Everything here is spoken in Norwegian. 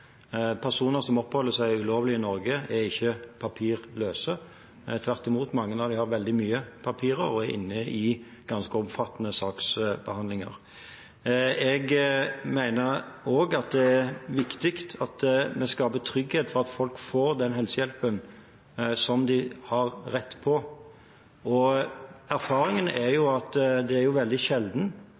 Personer som oppholder seg ulovlig i Norge, er ikke papirløse. Tvert imot, mange av dem har veldig mange papirer og er inne i ganske omfattende saksbehandlinger. Jeg mener også at det er viktig at vi skaper trygghet for at folk får den helsehjelpen som de har rett på. Erfaringene er jo at det er veldig sjelden